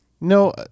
No